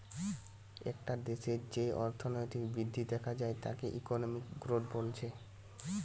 একটা দেশের যেই অর্থনৈতিক বৃদ্ধি দেখা যায় তাকে ইকোনমিক গ্রোথ বলছে